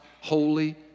holy